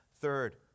Third